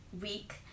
week